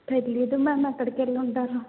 తెలియదు మ్యామ్ ఎక్కడికి వెళ్లుంటాడో